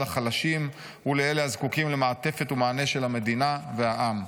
לחלשים ולאלה הזקוקים למעטפת ומענה של המדינה והעם.